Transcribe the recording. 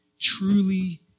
truly